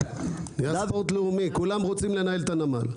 נהיה ספורט לאומי, כולם רוצים לנהל את הנמל.